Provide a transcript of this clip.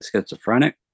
schizophrenic